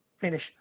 finish